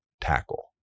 tackle